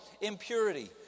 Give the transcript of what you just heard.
impurity